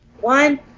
One